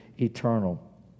eternal